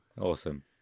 Awesome